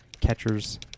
Catchers